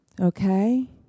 okay